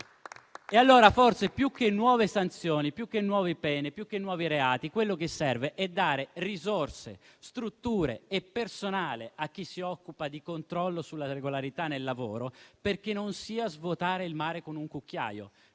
E allora forse, più che nuove sanzioni, più che nuove pene o più che nuovi reati, quello che serve è dare risorse, strutture e personale a chi si occupa di controllo sulla regolarità nel lavoro, perché non sia svuotare il mare con un cucchiaio.